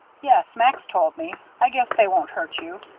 yes, max told me. i guess they won't hurt you.